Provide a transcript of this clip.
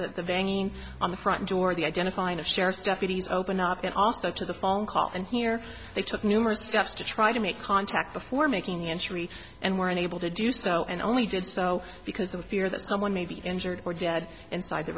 the banging on the front door the identifying of sheriff's deputies open up and also to the phone call and here they took numerous steps to try to make contact before making the entry and were unable to do so and only did so because of fear that someone may be injured or dead inside the